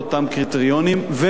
ומעבר לכך.